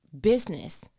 business